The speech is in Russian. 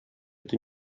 эту